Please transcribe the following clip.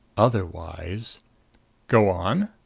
otherwise go on.